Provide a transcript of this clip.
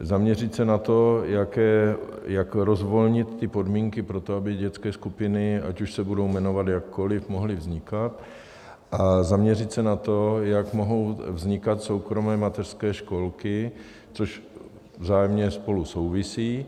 Zaměřit se na to, jak rozvolnit podmínky pro to, aby dětské skupiny, ať už se budou jmenovat jakkoliv, mohly vznikat, a zaměřit se na to, jak mohou vznikat soukromé mateřské školky, což vzájemně spolu souvisí.